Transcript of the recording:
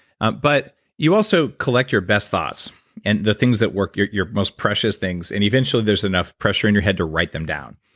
um but you also collect your best thoughts and the things that work your your most precious things. and eventually, there's enough pressure in your head to write them down,